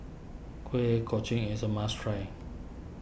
Kuih Kochi is a must try